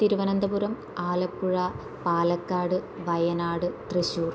Thiruvananthapuram Alappuzha Palakkad Wayanad Thrissur